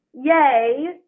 yay